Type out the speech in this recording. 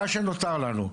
אז מה שנותר לנו,